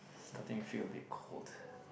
starting feel a bit cold